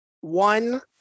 one